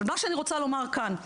אבל מה שאני רוצה לומר כאן,